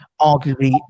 arguably